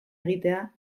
egitea